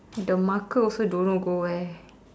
the marker also don't know go where